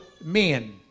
men